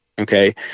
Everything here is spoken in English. okay